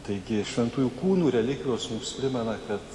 taigi šventųjų kūnų relikvijos mums primena kad